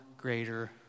greater